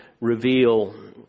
reveal